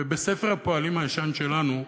ובספר הפועלים הישן שלנו,